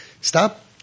Stop